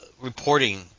reporting